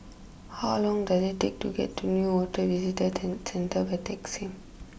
how long does it take to get to Newater Visitor ten Centre by taxi